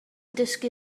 dysgu